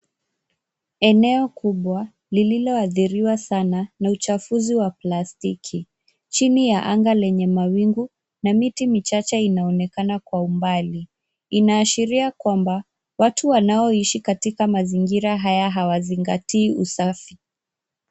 Eneo kubwa lililoathiriwa vibaya na uchafuzi wa plastiki, chini ya anga lenye mawingu huku miti michache ikionekana kwa mbali. Hali hii inaashiria kwamba watu wanaoishi katika mazingira haya hawazingatii usafi na afya yao.